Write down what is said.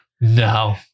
No